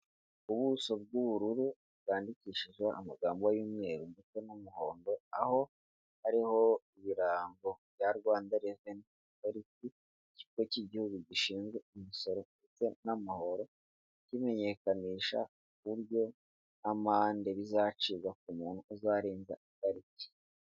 Ubuso bw'ubururu bwandikishije amagambo y'umweru ndetse n'umuhondo, aho hariho ibirango bya rwanda reveni; bari ku kigo cy'igihugu gishinzwe imisoro ndetse n'amahoro kimenyekanisha uburyo n'amande bizacibwa umuntu uzarenza itariki.